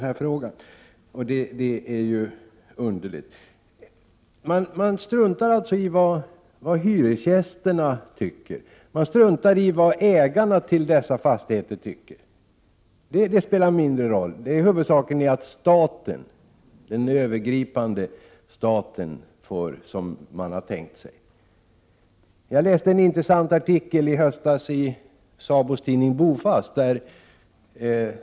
Man struntar alltså i vad hyresgästerna och ägarna till fastigheterna tycker. Det spelar en mindre roll. Huvudsaken är att den övergripande staten får som man har tänkt sig. I höstas läste jag en intressant artikel i SABO:s tidning Bofast.